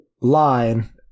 line